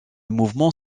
mouvement